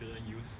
you use